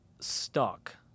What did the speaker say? stuck